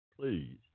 please